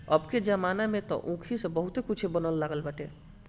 अबके जमाना में तअ ऊखी से बहुते कुछ बने लागल बाटे